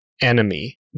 enemy